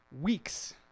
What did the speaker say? weeks